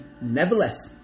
nevertheless